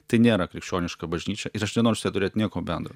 tai nėra krikščioniška bažnyčia ir aš nenoriu su ja turėt nieko bendro